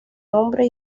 nombre